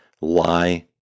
lie